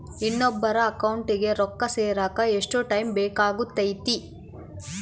ಇನ್ನೊಬ್ಬರ ಅಕೌಂಟಿಗೆ ರೊಕ್ಕ ಸೇರಕ ಎಷ್ಟು ಟೈಮ್ ಬೇಕಾಗುತೈತಿ?